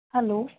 hello